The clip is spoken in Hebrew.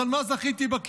אז אני לא זכיתי בכינוי